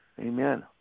Amen